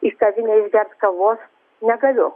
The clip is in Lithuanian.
į kavinę išgerti kavos negaliu